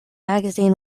magazine